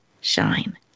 shine